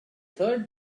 third